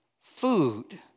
food